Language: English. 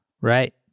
Right